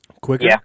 quicker